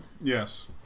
Yes